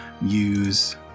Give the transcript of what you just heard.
use